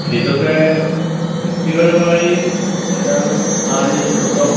പിന്നിതൊക്കെ വ്യക്തിപരമായി എല്ലാവരും ആർജ്ജിച്ചിട്ടുണ്ടോ